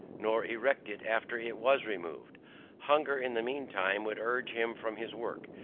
nor erect it after it was removed hunger in the mean time would urge him from his work,